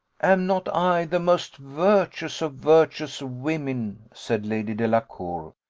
am not i the most virtuous of virtuous women, said lady delacour,